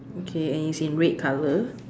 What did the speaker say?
okay and is in red colour